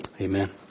Amen